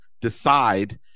decide